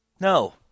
No